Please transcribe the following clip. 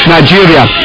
Nigeria